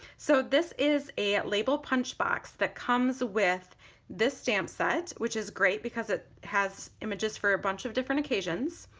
so this is a label punch box that comes with this stamp set which is great because it has images for bunch of different occasions.